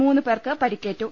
മൂന്നുപേർക്ക് പരി ക്കേറ്റു